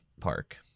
park